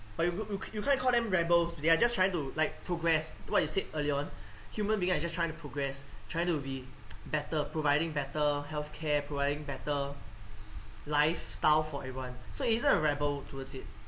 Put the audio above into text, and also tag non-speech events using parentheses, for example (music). but you you can't call them rebels they are just trying to like progress what you said earlier on human being are just trying to progress trying to be better providing better healthcare providing better (noise) lifestyle for everyone so isn't a rebel towards it